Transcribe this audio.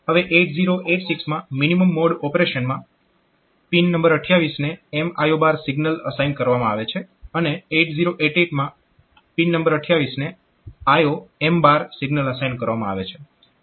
હવે 8086 માં minimum mode operation માં પિન 28 ને MIO સિગ્નલ અસાઇન કરવામાં આવે છે અને 8088 માં પિન 28 ને IOM સિગ્નલ અસાઇન કરવામાં આવે છે